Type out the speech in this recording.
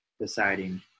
deciding